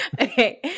Okay